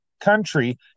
country